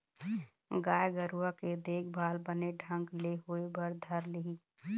गाय गरुवा के देखभाल बने ढंग ले होय बर धर लिही